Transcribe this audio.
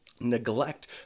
neglect